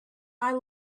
them